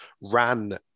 ran